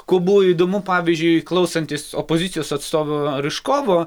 ko buvo įdomu pavyzdžiui klausantis opozicijos atstovo ryžkovo